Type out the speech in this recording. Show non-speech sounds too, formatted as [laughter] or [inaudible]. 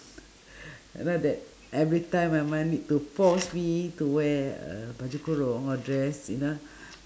[breath] I know that everytime my mother need to force me to wear a baju kurung or dress you know [breath]